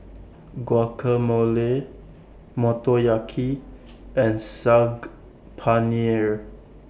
Guacamole Motoyaki and Saag Paneer